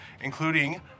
including